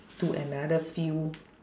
to another field